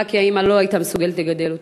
כי האימא לא הייתה מסוגלת לגדל אותו.